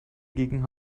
gegen